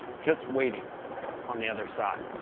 just waiting on the other side.